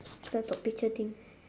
the top picture thing